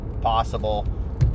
possible